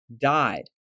died